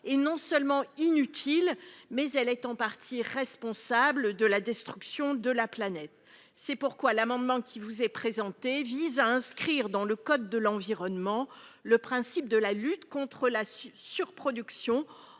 est non seulement inutile, mais elle est en partie responsable de la destruction de la planète. C'est pourquoi l'amendement qui vous est présenté, mes chers collègues, vise à inscrire dans le code de l'environnement le principe de la lutte contre la surproduction,